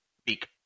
speak